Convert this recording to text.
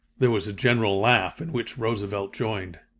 there was a general laugh in which roosevelt joined.